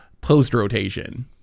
post-rotation